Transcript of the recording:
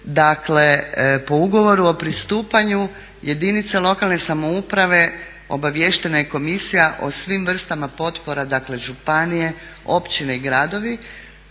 dakle po ugovoru o pristupanju jedinice lokalne samouprave obaviještena je komisija o svim vrstama potpora dakle županije, općine i gradovi